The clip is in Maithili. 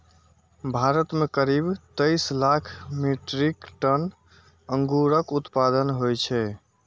भारत मे करीब तेइस लाख मीट्रिक टन अंगूरक उत्पादन होइ छै